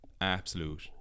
absolute